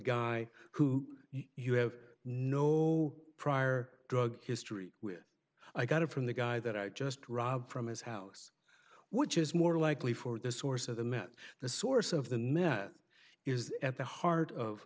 guy who you have no prior drug history with i got it from the guy that i just robbed from his house which is more likely for the source of the met the source of the mess that is at the heart of